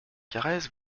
carrez